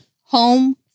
home